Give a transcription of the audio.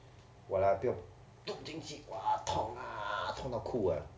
!walao! 不用不用进去 !wah! 痛啊痛到哭 ah